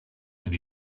and